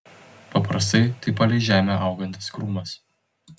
paprastai tai palei žemę augantis krūmas